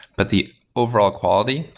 but the overall quality,